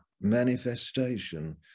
manifestation